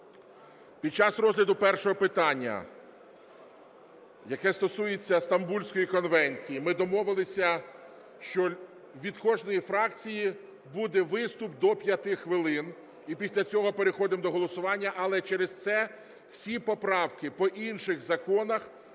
Під час розгляду першого питання, яке стосується Стамбульської конвенції, ми домовилися, що від кожної фракції буде виступ до 5 хвилин, і після цього переходимо до голосування. Але через це всі поправки по інших законах